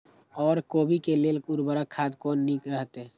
ओर कोबी के लेल उर्वरक खाद कोन नीक रहैत?